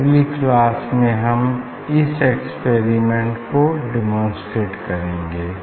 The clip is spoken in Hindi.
अगली क्लास में हम इस एक्सपेरिमेंट को डेमोंस्ट्रेटे करेंगे